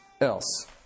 else